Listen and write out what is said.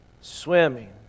swimming